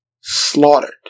slaughtered